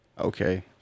Okay